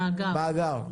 מאגר.